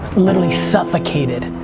literally suffocated.